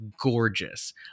gorgeous